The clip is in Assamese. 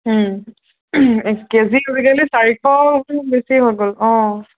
কেজি আজিকালি চাৰিশ বেছি হৈ গ'ল অঁ